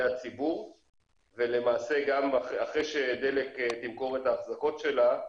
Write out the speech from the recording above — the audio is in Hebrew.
הציבור ולמעשה אחרי שדלק תמכור את ההחזקות שלה,